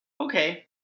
Okay